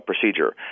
procedure